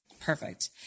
perfect